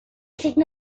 signo